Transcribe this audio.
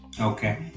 Okay